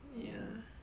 ya